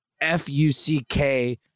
F-U-C-K